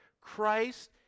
Christ